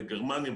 בגרמניה,